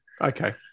okay